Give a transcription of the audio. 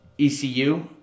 ECU